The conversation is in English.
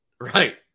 right